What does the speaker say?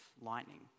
lightning